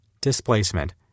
Displacement